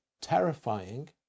terrifying